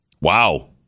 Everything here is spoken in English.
wow